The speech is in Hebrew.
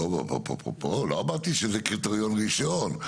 לא אמרתי שזה קריטריון ראשון.